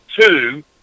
Two